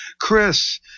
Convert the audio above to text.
Chris